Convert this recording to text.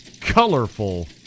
colorful